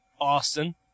Austin